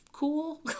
cool